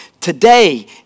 today